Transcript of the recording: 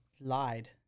lied